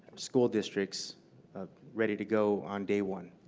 school districts ready to go on day one.